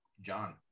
John